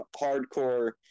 hardcore